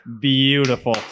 Beautiful